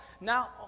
now